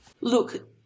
Look